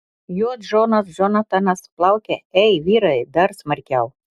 juo džonas džonatanas plaukia ei vyrai dar smarkiau